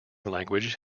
language